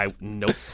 Nope